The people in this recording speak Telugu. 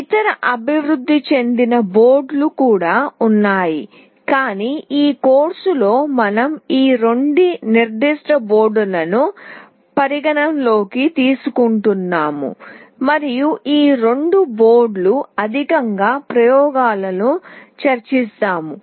ఇతర అభివృద్ధి చెందిన బోర్డులు కూడా ఉన్నాయి కానీ ఈ కోర్సులో మనం ఈ రెండు నిర్దిష్ట బోర్డులను పరిగణనలోకి తీసుకుంటున్నాము మరియు ఈ రెండు బోర్డుల ఆధారంగా ప్రయోగాలను చర్చిస్తాము